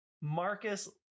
Marcus